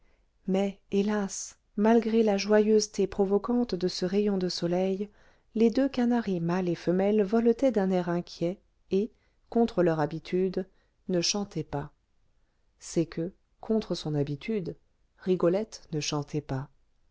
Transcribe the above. mais hélas malgré la joyeuseté provocante de ce rayon de soleil les deux canaris mâle et femelle voletaient d'un air inquiet et contre leur habitude ne chantaient pas c'est que contre son habitude rigolette ne chantait pas